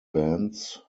bands